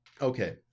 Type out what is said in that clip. okay